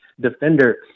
defender